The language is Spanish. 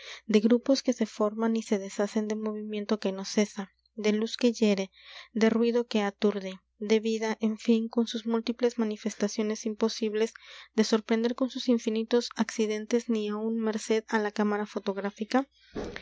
de grupos que se forman y se deshacen de movimiento que no cesa de luz que hiere de ruido que aturde de vida en fin con sus múltiples manifestaciones imposibles de sorprender con sus infinitos accidentes ni aun merced á la cámara fotográfica